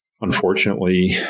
unfortunately